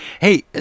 Hey